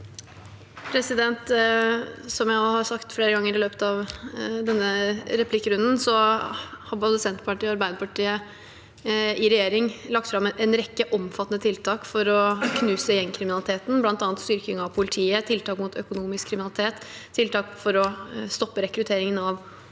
Som jeg har sagt flere ganger i løpet av denne replikkrunden, har både Senterpartiet og Arbeiderpartiet i regjering lagt fram en rekke omfattende tiltak for å knuse gjengkriminaliteten, bl.a. styrking av politiet, tiltak mot økonomisk kriminalitet, tiltak for å stoppe rekruttering av